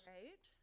Right